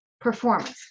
performance